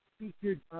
featured